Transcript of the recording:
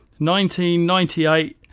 1998